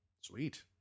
Sweet